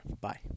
bye